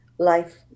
Life